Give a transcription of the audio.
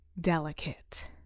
delicate